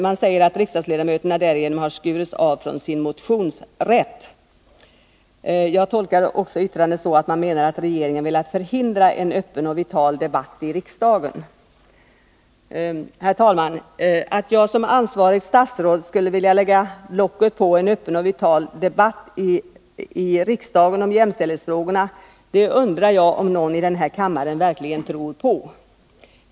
Man säger att riksdagsledamöterna därigenom har skurits av från sin motionsrätt. Jag tolkar vidare yttrandet så att man menar att regeringen därigenom velat förhindra en öppen och vital debatt i riksdagen. Herr talman! Att jag som ansvarigt statsråd skulle vilja ”lägga locket på” en öppen och vital debatt i riksdagen om jämställdhetsfrågorna undrar jag om någon i denna kammare verkligen tror på.